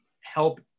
help